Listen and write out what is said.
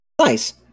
Nice